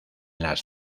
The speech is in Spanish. las